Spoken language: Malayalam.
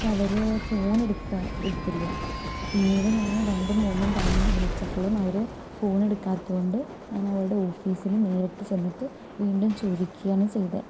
പക്ഷെ അവര് ഫോണെടുക്കാൻ എടുത്തില്ല പിന്നീട് ഞാന് രണ്ടും മൂന്നും തവണ വിളിച്ചപ്പോഴും അവര് ഫോൺ എടുക്കാത്തത് കൊണ്ട് ഞാൻ അവരുടെ ഓഫിസില് നേരിട്ട് ചെന്നിട്ട് വീണ്ടും ചോദിക്കുകയാണ് ചെയ്തത്